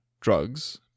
drugs